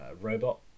Robot